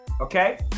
okay